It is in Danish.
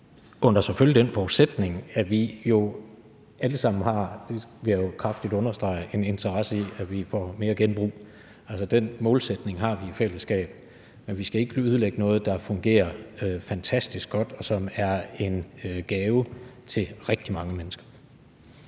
– selvfølgelig under den forudsætning, at vi jo alle sammen, og det vil jeg kraftigt understrege, har en interesse i, at vi får mere genbrug. Den målsætning har vi i fællesskab. Men vi skal ikke ødelægge noget, der fungerer fantastisk godt, og som er en gave til rigtig mange mennesker.